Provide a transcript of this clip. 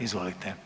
Izvolite.